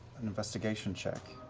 an investigation check.